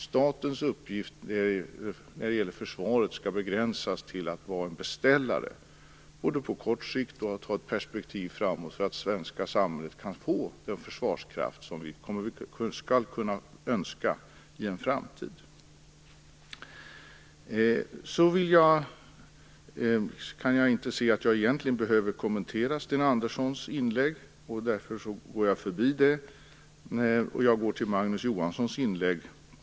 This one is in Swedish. Statens uppgift inom försvaret skall begränsas till att vara beställare. Detta skall gälla såväl på kort sikt som när det gäller att ha ett perspektiv framåt så att det svenska samhället kan få den försvarskraft som vi skall kunna önska i en framtid. Jag kan inte se att jag egentligen behöver kommentera Sten Anderssons inlägg, och jag går därför förbi det. I stället går jag till Magnus Johanssons inlägg.